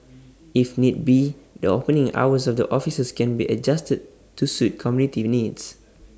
if need be the opening hours of the offices can be adjusted to suit community the needs